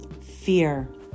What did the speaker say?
fear